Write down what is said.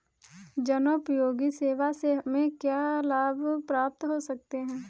जनोपयोगी सेवा से हमें क्या क्या लाभ प्राप्त हो सकते हैं?